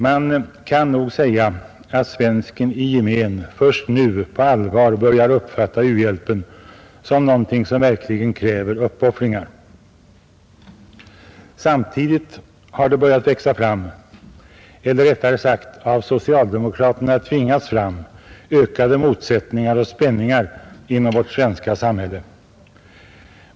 Man kan nog säga att svensken i gemen först nu på allvar börjar uppfatta u-hjälpen som någonting som verkligen kräver uppoffringar. Samtidigt har det börjat växa fram — eller, rättare sagt, av socialdemokraterna tvingats fram — ökade motsättningar och spänningar inom vårt svenska samhälle.